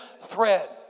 thread